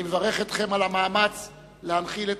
אני מברך אתכם על המאמץ להנחיל את